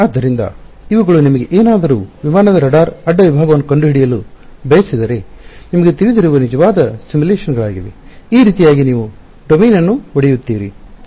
ಆದ್ದರಿಂದ ಇವುಗಳು ನಿಮಗೆ ಏನಾದರೂ ವಿಮಾನದ ರಾಡಾರ್ ಅಡ್ಡ ವಿಭಾಗವನ್ನು ಕಂಡುಹಿಡಿಯಲು ಬಯಸಿದರೆ ನಿಮಗೆ ತಿಳಿದಿರುವ ನಿಜವಾದ ಸಿಮ್ಯುಲೇಶನ್ಗಳಾಗಿವೆ ಈ ರೀತಿಯಾಗಿ ನೀವು ಡೊಮೇನ್ ಅನ್ನು ಒಡೆಯುತ್ತೀರಿ